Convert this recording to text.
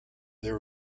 their